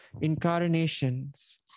incarnations